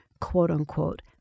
quote-unquote